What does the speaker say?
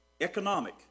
economic